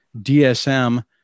DSM